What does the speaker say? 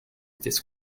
this